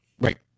right